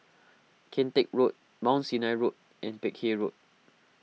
Kian Teck Road Mount Sinai Road and Peck Hay Road